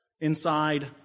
inside